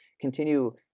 continue